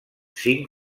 cinc